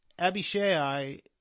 Abishai